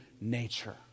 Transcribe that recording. nature